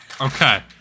Okay